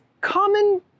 common